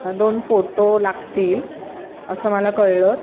दोन फोटो लागतील असं मला कळलं